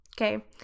okay